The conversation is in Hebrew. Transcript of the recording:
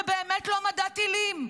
זה באמת לא מדע טילים,